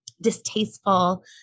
distasteful